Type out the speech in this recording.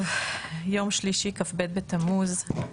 יום שלישי, כ"ב בתמוז,